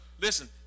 listen